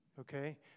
Okay